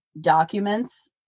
documents